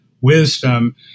wisdom